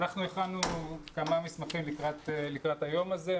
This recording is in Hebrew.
אנחנו הכנו כמה מסמכים לקראת היום הזה.